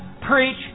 preach